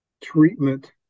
treatment